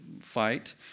fight